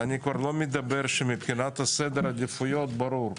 אני לא מדבר שמבחינת סדר העדיפויות ברור,